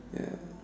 ya